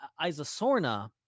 Isasorna